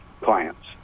clients